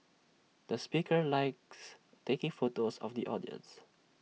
the speaker likes taking photos of the audience